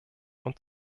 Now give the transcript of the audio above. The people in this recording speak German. und